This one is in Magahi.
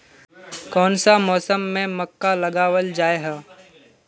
कोन सा मौसम में मक्का लगावल जाय है?